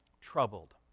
troubled